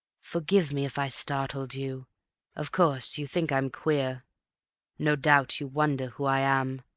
forgive me if i startled you of course you think i'm queer no doubt you wonder who i am,